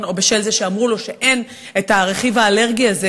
או מכיוון שאמרו לו שהרכיב האלרגי הזה